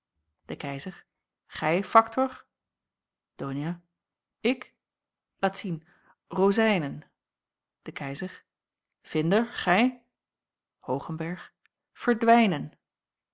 de keizer gij factor donia ik laat zien rozijnen de keizer vinder gij hoogenberg verdwijnen